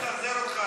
מי יכול לצנזר אותך?